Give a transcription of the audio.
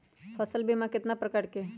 फसल बीमा कतना प्रकार के हई?